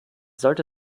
sollte